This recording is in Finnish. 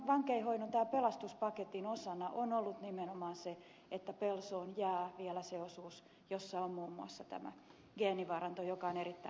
vankeinhoidon pelastuspaketin osana on ollut nimenomaan se että pelsoon jää vielä se osuus jossa on muun muassa tämä geenivaranto joka on erittäin tärkeä